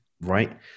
Right